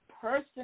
person